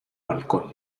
balcón